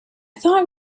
thought